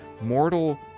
mortal